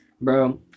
Bro